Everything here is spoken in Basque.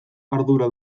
ardura